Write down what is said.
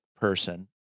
person